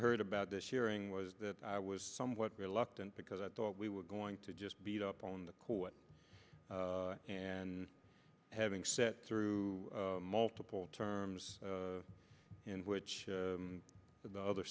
heard about this hearing was that i was somewhat reluctant because i thought we were going to just beat up on the court and having sat through multiple terms in which the other